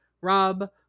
rob